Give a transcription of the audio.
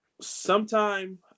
Sometime